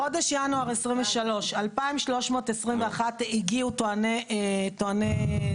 חודש ינואר 2023 הגיעו 2,321 טועני זכאות